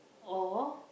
or